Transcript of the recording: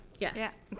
Yes